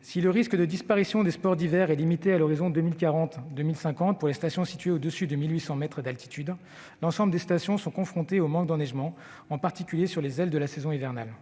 Si le risque de disparition des sports d'hiver est limité à l'horizon de 2040-2050 pour les stations situées au-dessus de 1 800 mètres d'altitude, elles seront confrontées comme les autres au manque d'enneigement, en particulier sur les « ailes » de la saison hivernale.